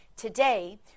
Today